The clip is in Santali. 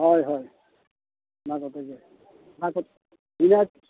ᱦᱳᱭ ᱦᱳᱭ ᱚᱱᱟ ᱠᱚᱛᱮ ᱜᱮ ᱚᱱᱟ ᱠᱚ ᱤᱱᱟᱹ